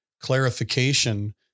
clarification